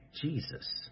Jesus